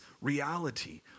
reality